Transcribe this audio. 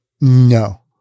No